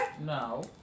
No